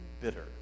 bitter